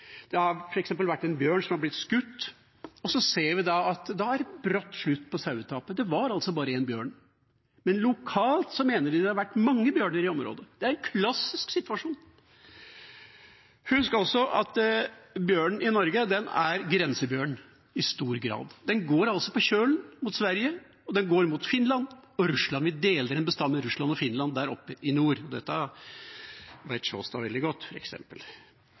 Det har f.eks. vært en bjørn som er blitt skutt, og så ser vi at det er brått slutt på sauetapet. Det var altså bare én bjørn. Men lokalt mener de det har vært mange bjørner i området. Det er en klassisk situasjon. Man skal også huske at bjørnen i Norge i stor grad er grensebjørn. Den går på kjølen mot Sverige, og den går mot Finland og Russland. Vi deler en bestand med Russland og Finland der oppe i nord – dette vet f.eks. representanten Sjåstad veldig godt.